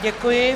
Děkuji.